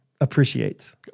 appreciates